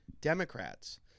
Democrats